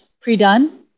pre-done